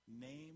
name